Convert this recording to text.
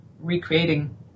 recreating